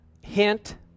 hint